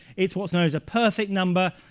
it's what's known as a perfect number,